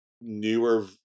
newer